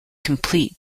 complete